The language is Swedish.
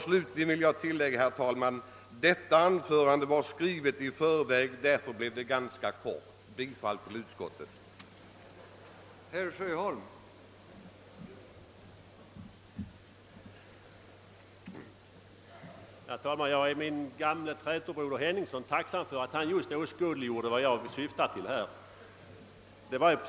Slutligen vill jag tillägga, herr talman: Detta anförande var skrivet i förväg, därför blev det ganska kort. Jag ber att få yrka bifall till utskottets hemställan.